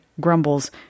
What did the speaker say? Grumbles